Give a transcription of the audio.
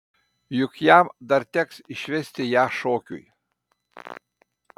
juk jam dar teks išvesti ją šokiui